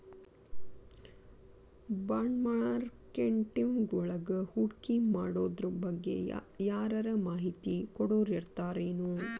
ಬಾಂಡ್ಮಾರ್ಕೆಟಿಂಗ್ವಳಗ ಹೂಡ್ಕಿಮಾಡೊದ್ರಬಗ್ಗೆ ಯಾರರ ಮಾಹಿತಿ ಕೊಡೊರಿರ್ತಾರೆನು?